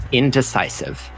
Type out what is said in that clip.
indecisive